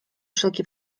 wszelki